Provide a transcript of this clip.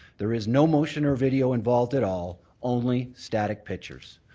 there is no motion or video involved at all. only static pictures.